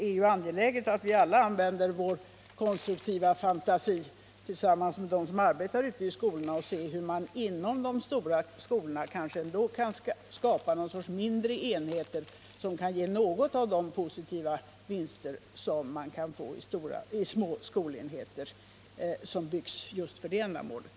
Vi finner det angeläget att tillsammans med dem som arbetar ute i skolorna använda vår konstruktiva fantasi för att inom de stora skolorna försöka skapa mindre enheter som kan ge åtminstone något av de positiva vinster som de små skolenheter ger som byggs just för det ändamålet.